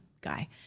guy